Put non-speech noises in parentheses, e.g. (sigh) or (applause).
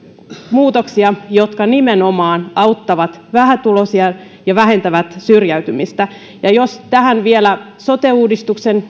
muutoksia jotka nimenomaan auttavat vähätuloisia ja vähentävät syrjäytymistä ja jos tähän vielä lisää sote uudistuksen (unintelligible)